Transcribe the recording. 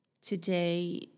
today